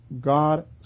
God